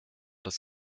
das